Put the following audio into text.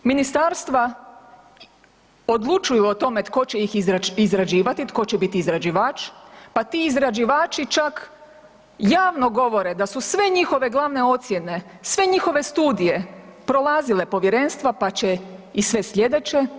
Ministarstva odlučuju o tome tko će ih izrađivati, tko će biti izrađivač, pa ti izrađivači čak javno govore da su sve njihove glavne ocjene, sve njihove studije, prolazile povjerenstva, pa će i sve slijedeće.